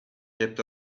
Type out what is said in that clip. kept